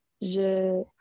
je